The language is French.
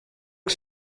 que